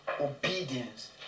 obedience